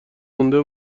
مونده